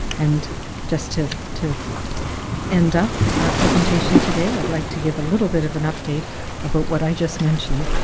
and just to to end up our presentation today, i'd like to give a little bit of an update about what i just mentioned,